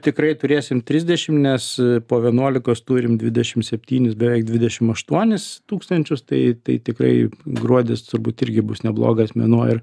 tikrai turėsim trisdešim nes po vienuolikos turim dvidešim septynis beveik dvidešim aštuonis tūkstančius tai tai tikrai gruodis turbūt irgi bus neblogas mėnuo ir